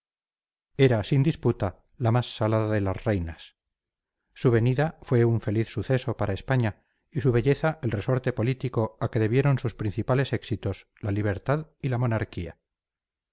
era sin disputa la más salada de las reinas su venida fue un feliz suceso para españa y su belleza el resorte político a que debieron sus principales éxitos la libertad y la monarquía